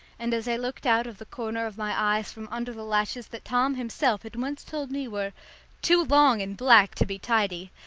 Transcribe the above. and as i looked out of the corner of my eyes from under the lashes that tom himself had once told me were too long and black to be tidy,